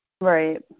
right